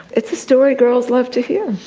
it's a story girls love to hear.